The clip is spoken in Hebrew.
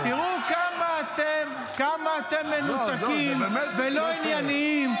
תראו כמה אתם מנותקים ולא ענייניים.